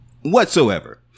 whatsoever